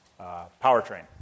powertrain